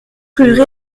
rue